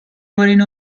برین